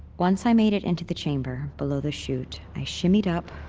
once i made it into the chamber below the chute, i shimmied up,